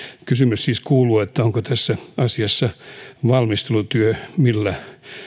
kysymys siis kuuluu onko tässä asiassa valmistelutyö millä